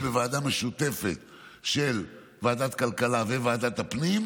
יהיה בוועדה משותפת של ועדת הכלכלה וועדת הפנים,